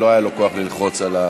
לא היה לי כוח ללחוץ חזק.